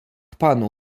panu